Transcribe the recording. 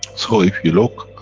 so if you look,